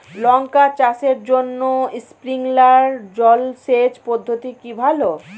লঙ্কা চাষের জন্য স্প্রিংলার জল সেচ পদ্ধতি কি ভালো?